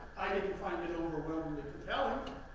i didn't find it overwhelmingly compelling.